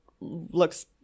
looks